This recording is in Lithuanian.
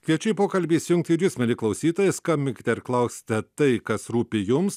kviečiu į pokalbį įsijungti ir jus mieli klausytojai skambinkite ir klauskite tai kas rūpi jums